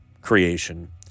creation